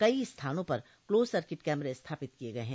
कई स्थानों पर क्लोज सर्किट कैमरे स्थापित किये गये हैं